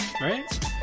Right